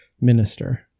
minister